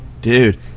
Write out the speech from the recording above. Dude